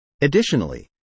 Additionally